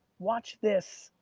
watch this.